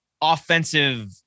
offensive